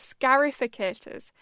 scarificators